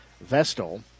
Vestal